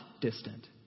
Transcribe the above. distant